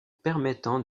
permettant